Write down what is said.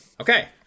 okay